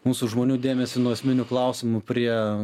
mūsų žmonių dėmesį nuo esminių klausimų prie